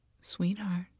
sweetheart